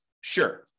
Sure